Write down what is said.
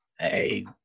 Hey